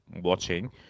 watching